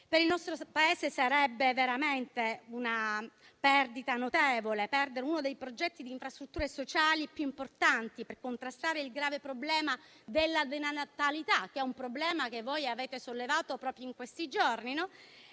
Per il nostro Paese rappresenterebbe veramente una perdita notevole quella di uno dei progetti di infrastrutture sociali più importanti per contrastare il grave problema della denatalità, un problema che voi avete sollevato proprio in questi giorni.